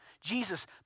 Jesus